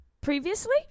previously